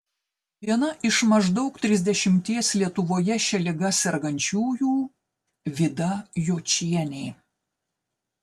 viena iš maždaug trisdešimties lietuvoje šia liga sergančiųjų vida jočienė